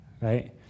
right